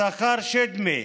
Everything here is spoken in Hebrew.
יששכר שדמי